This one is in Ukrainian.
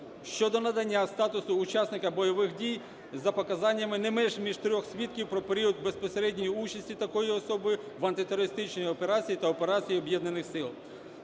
Щодо надання статусу учасника бойових дій за показаннями не менш ніж трьох свідків про період безпосередньо участі такої особи в антитерористичній операції та операції Об'єднаних сил.